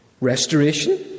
Restoration